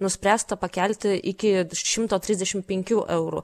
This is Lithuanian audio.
nuspręsta pakelti iki šimto trisdešim penkių eurų